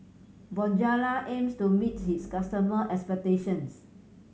bonjela aims to meet its customers' expectations